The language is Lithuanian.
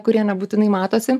kurie nebūtinai matosi